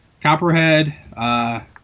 Copperhead